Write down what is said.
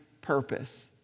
purpose